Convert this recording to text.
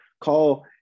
call